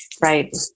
Right